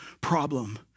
problem